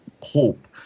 hope